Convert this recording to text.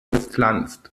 gepflanzt